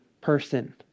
person